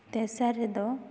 ᱛᱮᱥᱟᱨ ᱨᱮᱫᱚ